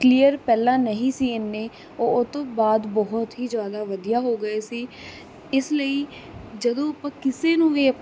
clear ਪਹਿਲਾਂ ਨਹੀਂ ਸੀ ਐਨੇ ਉਹ ਉਹ ਤੋਂ ਬਾਅਦ ਬਹੁਤ ਹੀ ਜ਼ਿਆਦਾ ਵਧੀਆ ਹੋ ਗਏ ਸੀ ਇਸ ਲਈ ਜਦੋਂ ਆਪਾਂ ਕਿਸੇ ਨੂੰ ਵੀ